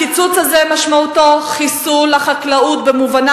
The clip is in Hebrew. הקיצוץ הזה משמעותו חיסול החקלאות במובנה